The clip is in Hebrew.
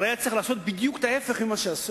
הרי היה צריך לעשות בדיוק ההיפך ממה שעשו.